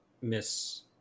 Miss